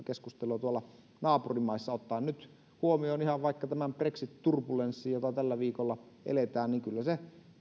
keskustelua tuolla naapurimaissa ottaen nyt huomioon ihan vaikka tämän brexit turbulenssin jota tällä viikolla eletään kyllä se